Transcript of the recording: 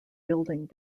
building